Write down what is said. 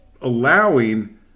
allowing